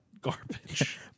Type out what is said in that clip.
Garbage